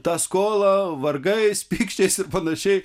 tą skolą vargais pykčiais ir panašiai